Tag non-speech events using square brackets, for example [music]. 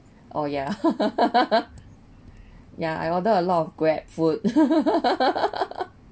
oh yeah [laughs] yeah I order a lot of Grab food [laughs]